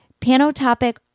Panotopic